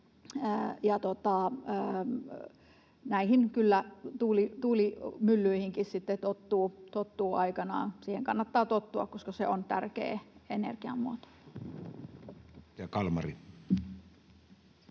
Näihin tuulimyllyihinkin kyllä sitten tottuu aikanaan. Siihen kannattaa tottua, koska se on tärkeä energiamuoto.